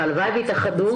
שהלוואי ויתאחדו,